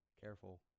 Careful